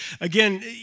Again